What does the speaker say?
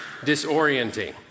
disorienting